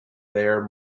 there